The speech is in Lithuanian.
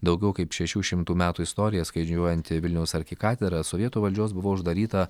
daugiau kaip šešių šimtų metų istoriją skaičiuojanti vilniaus arkikatedra sovietų valdžios buvo uždaryta